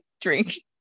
drink